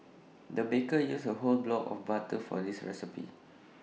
the baker used A whole block of butter for this recipe